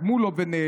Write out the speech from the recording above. קדמו לו ונעלמו.